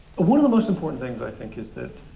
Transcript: one of the most important things, i think, is that